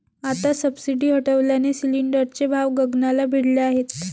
आता सबसिडी हटवल्याने सिलिंडरचे भाव गगनाला भिडले आहेत